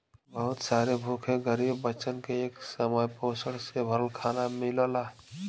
बहुत सारे भूखे गरीब बच्चन के एक समय पोषण से भरल खाना मिलला